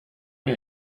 mir